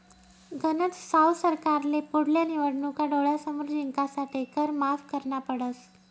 गनज साव सरकारले पुढल्या निवडणूका डोळ्यासमोर जिंकासाठे कर माफ करना पडस